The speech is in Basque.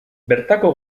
bertako